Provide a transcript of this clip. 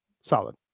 Solid